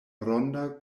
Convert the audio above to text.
ronda